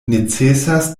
necesas